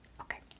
Okay